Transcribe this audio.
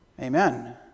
Amen